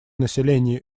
населения